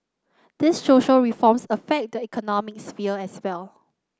these social reforms affect the economic sphere as well